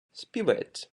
співець